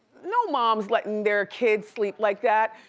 no mom's letting their kid sleep like that.